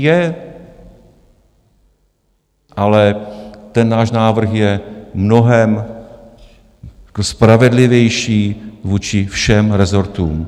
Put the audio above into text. Je, ale náš návrh je mnohem spravedlivější vůči všem rezortům.